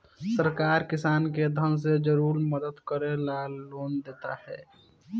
सरकार किसान के धन से जुरल मदद करे ला लोन देता